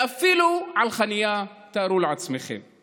ואפילו על חניה, תארו לעצמכם;